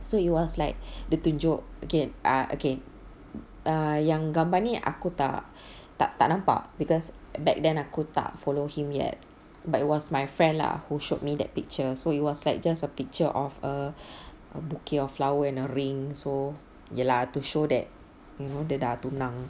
so it was like dia tunjuk okay ah okay err yang gambar ni aku tak tak nampak because back then aku tak follow him yet but it was my friend lah who showed me that picture so it was like just a picture of a bouquet of flowers and a ring so ya lah to show that you know dia dah tunang